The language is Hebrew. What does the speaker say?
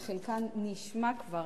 וחלקן נשמע כבר,